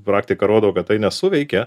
praktika rodo kad tai nesuveikia